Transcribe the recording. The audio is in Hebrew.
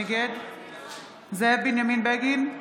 נגד זאב בנימין בגין,